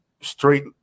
straight